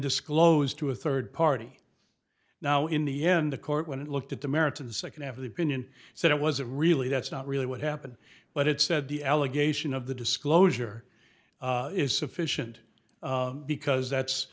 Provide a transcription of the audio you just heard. disclosed to a third party now in the end the court when it looked at the merits of the second half of the opinion said it wasn't really that's not really what happened but it said the allegation of the disclosure is sufficient because that's